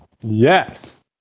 Yes